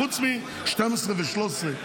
חוץ מ-12 ו-13,